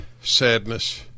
sadness